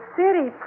city